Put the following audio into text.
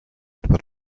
but